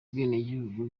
ubwenegihugu